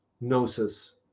gnosis